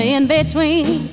In-between